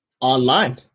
online